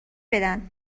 بدن